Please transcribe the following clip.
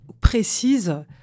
précise